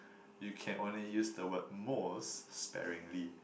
you can only use the word most sparingly